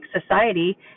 society